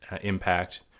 impact